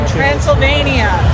Transylvania